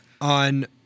On